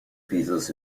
pieces